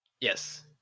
Yes